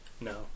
No